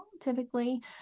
typically